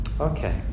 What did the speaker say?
Okay